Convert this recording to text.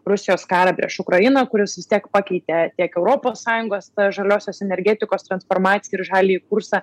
rusijos karą prieš ukrainą kuris vis tiek pakeitė tiek europos sąjungos žaliosios energetikos transformaciją ir žaliąjį kursą